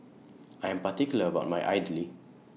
I Am particular about My Idly